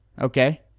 Okay